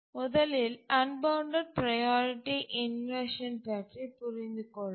முதலில் unbounded priority inversion பற்றி புரிந்துகொள்வோம்